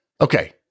okay